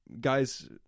Guys